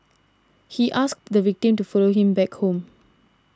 he asked the victim to follow him back home